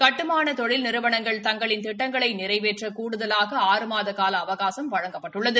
கட்டுமான தொழில் நிறுவனங்கள் தங்களின் திட்டங்களை நிறைவேற்ற கூடுதலாக ஆறு மாத கால அவகாசம் வழங்கப்பட்டுள்ளது